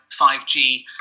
5G